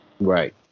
Right